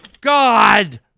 God